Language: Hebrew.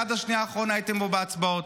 עד השנייה האחרונה הייתם פה בהצבעות.